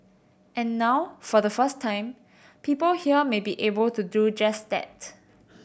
and now for the first time people here may be able to do just that